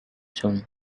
soon